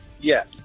Yes